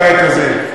חבר הכנסת חזן,